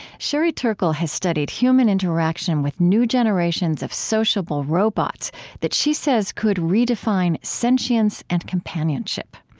sherry turkle has studied human interaction with new generations of sociable robots that she says could redefine sentience and companionship.